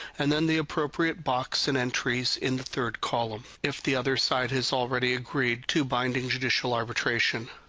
and then the appropriate box and entries in the third column if the other side has already agreed to binding judicial arbitration.